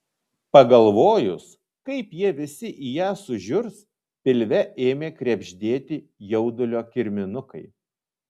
pagalvojus kaip jie visi į ją sužiurs pilve ėmė krebždėti jaudulio kirminukai